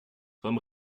vom